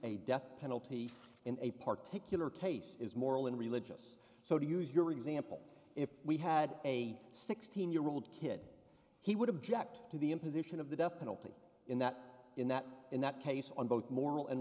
a death penalty in a particularly is moral and religious so to use your example if we had a sixteen year old kid he would object to the imposition of the death penalty in that in that in that case on both moral and